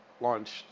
launched